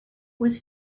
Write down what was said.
was